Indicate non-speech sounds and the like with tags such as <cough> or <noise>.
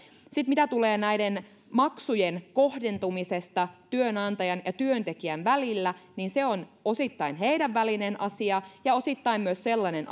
sitten mitä tulee näiden maksujen kohdentumisesta työnantajan ja työntekijän välillä niin se on osittain heidän välisensä asia ja osittain myös sellainen <unintelligible>